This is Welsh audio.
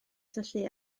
syllu